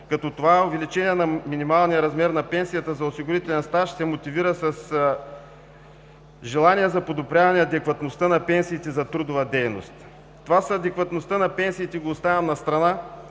г. Това увеличение на минималния размер на пенсията за осигурителен стаж се мотивира с желание за подобряване адекватността на пенсиите за трудова дейност. Това с адекватността на пенсиите го оставям настрана.